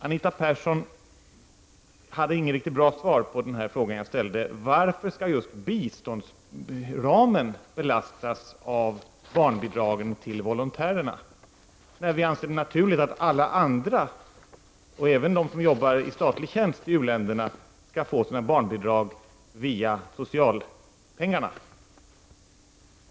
Anita Persson hade inget riktigt bra svar på den fråga som jag ställde. Varför skall just biståndsramen belastas av barnbidragen till volontärerna, när vi anser det naturligt att alla andra, även de som arbetar i statlig tjänst i uländerna, skall få sina barnbidrag via socialpengarna?